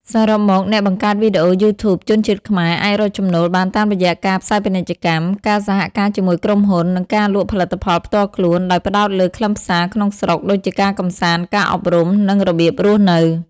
សរុបមក អ្នកបង្កើតវីដេអូ YouTube ជនជាតិខ្មែរអាចរកចំណូលបានតាមរយៈការផ្សាយពាណិជ្ជកម្ម ការសហការជាមួយក្រុមហ៊ុន និងការលក់ផលិតផលផ្ទាល់ខ្លួន ដោយផ្តោតលើខ្លឹមសារក្នុងស្រុកដូចជាការកម្សាន្ត ការអប់រំ និងរបៀបរស់នៅ។